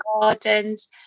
gardens